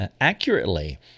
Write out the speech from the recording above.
accurately